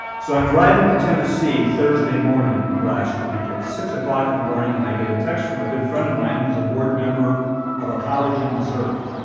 so i'm driving to tennessee thursday morning last week at six zero like like in the morning and i get a text from a good friend of mine who is a board member of a college in missouri,